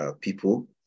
People